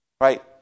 right